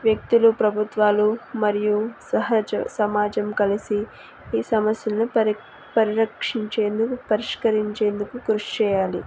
వ్యక్తులు ప్రభుత్వాలు మరియు సహజ సమాజం కలిసి ఈ సమస్యలను పరి పరిరక్షించేందుకు పరిష్కరించేందుకు కృషి చెయ్యాలి